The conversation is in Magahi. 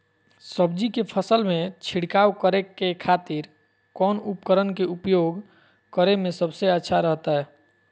सब्जी के फसल में छिड़काव करे के खातिर कौन उपकरण के उपयोग करें में सबसे अच्छा रहतय?